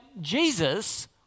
Jesus